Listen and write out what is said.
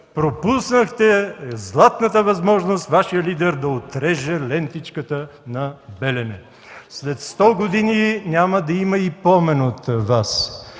пропуснахте златната възможност Вашият лидер да отреже лентичката на „Белене”. След 100 години няма да има и помен от Вас,